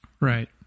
Right